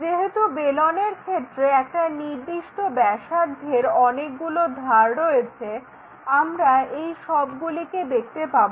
যেহেতু বেলনের ক্ষেত্রে একটা নির্দিষ্ট ব্যাসার্ধের অনেকগুলো ধার রয়েছে আমরা এই সবগুলিকে দেখতে পাবো